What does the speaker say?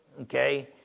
okay